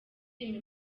iyi